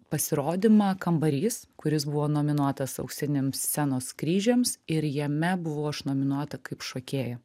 pasirodymą kambarys kuris buvo nominuotas auksiniams scenos kryžiams ir jame buvau aš nominuota kaip šokėja